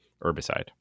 herbicide